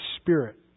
spirit